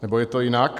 Nebo je to jinak?